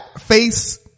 face